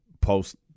post